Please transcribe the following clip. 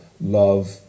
Love